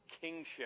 kingship